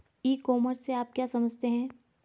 ई commerce से आप क्या समझते हैं?